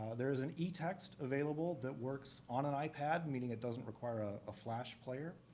there's an etext available that works on an ipad, meaning it doesn't require a flash player.